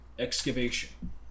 excavation